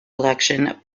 election